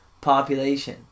population